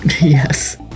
Yes